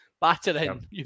battering